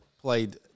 played –